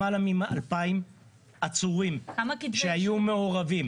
למעלה מ-2,000 עצורים שהיו מעורבים,